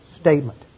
statement